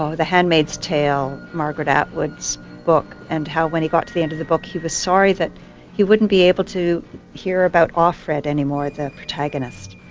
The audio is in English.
so the handmaid's tale, margaret atwood's book, and how when he got to the end of the book he was sorry that he wouldn't be able to hear about offred anymore, the protagonist.